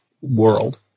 world